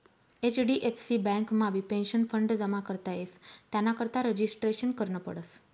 HDFC बँकमाबी pension fund जमा करता येस त्यानाकरता रजिस्ट्रेशन करनं पडस